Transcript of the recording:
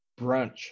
brunch